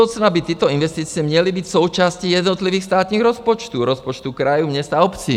Do budoucna by tyto investice měly být součástí jednotlivých státních rozpočtů, rozpočtů krajů, měst a obcí.